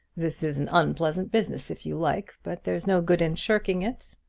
this is an unpleasant business, if you like but there's no good in shirking it.